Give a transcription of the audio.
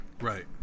Right